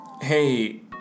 hey